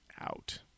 out